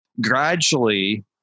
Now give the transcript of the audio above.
Gradually